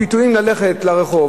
הפיתויים ללכת לרחוב,